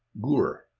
guwr,